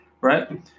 right